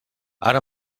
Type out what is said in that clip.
ara